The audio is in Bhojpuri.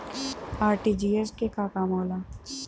आर.टी.जी.एस के का काम होला?